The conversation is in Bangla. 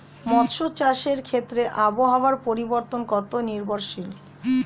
মৎস্য চাষের ক্ষেত্রে আবহাওয়া পরিবর্তন কত নির্ভরশীল?